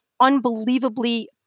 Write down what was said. unbelievably